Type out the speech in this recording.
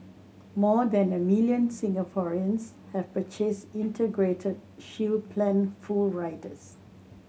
more than a million Singaporeans have purchased Integrated Shield Plan full riders